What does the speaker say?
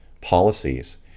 policies